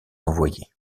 envoyés